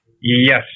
Yes